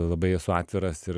labai esu atviras ir